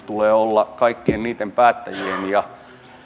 tulee olla kaikkien niitten päättäjien ja